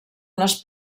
les